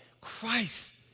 Christ